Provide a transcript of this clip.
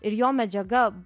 ir jo medžiaga